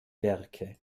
werke